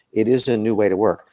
it is the new way to work.